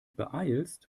beeilst